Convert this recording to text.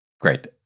Great